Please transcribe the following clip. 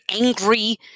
angry